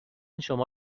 شما